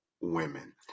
women